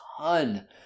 ton